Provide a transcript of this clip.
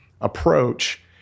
approach